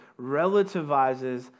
relativizes